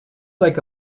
like